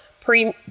pre